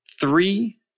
three